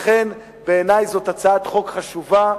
לכן, בעיני זו הצעת חוק חשובה.